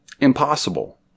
Impossible